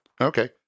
Okay